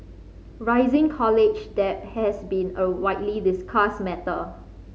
rising college debt has been a widely discussed matter